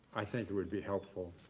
i think it would be helpful.